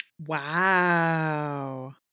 wow